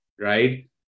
right